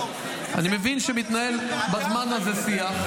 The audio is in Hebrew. אני מבין שמתנהל בזמן הזה שיח.